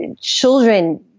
children